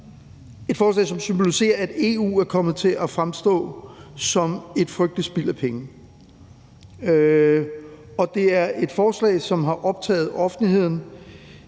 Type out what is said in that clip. et forslag, som symboliserer, at EU er kommet til at fremstå som et frygteligt spild af penge, og det er et forslag, som har optaget offentligheden